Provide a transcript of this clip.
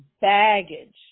baggage